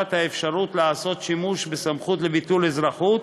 האפשרות לעשות שימוש בסמכות לביטול אזרחות